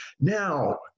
Now